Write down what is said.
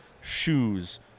shoes